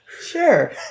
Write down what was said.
sure